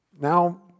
Now